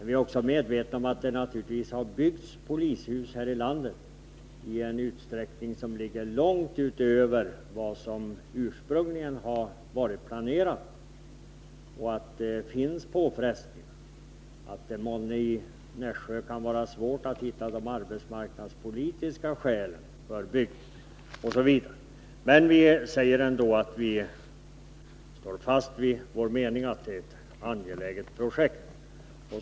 Vi är medvetna om att det har byggts polishus här i landet i en omfattning långt utöver vad som ursprungligen varit planerat, att det finns påfrestningar och att det i Nässjö kanske kan vara svårt att hitta de arbetsmarknadspolitiska skälen för ett bygge. Men vi säger också att vi står fast vid vår tidigare uttalade mening, att polishuset i Nässjö är ett angeläget projekt.